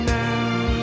now